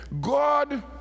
God